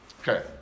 Okay